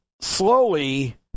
slowly